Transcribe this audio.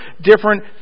different